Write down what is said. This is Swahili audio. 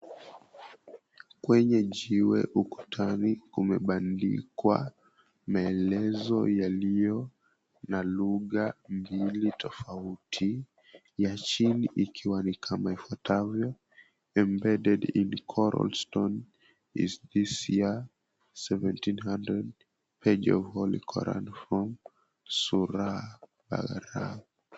Kwenye jiwe ukutani umebandikwa maelezo yaliyo na lugha mbili tofauti, ya chini ikiwa ni kama yafutavyo, Embedded in coral stone is this year 1700 page of Holy Quran from Sura Baqarah.